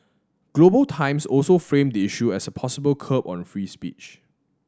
Global Times also framed the issue as a possible curb on free speech